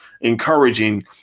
encouraging